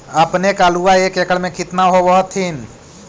अपने के आलुआ एक एकड़ मे कितना होब होत्थिन?